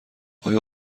آیا